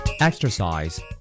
Exercise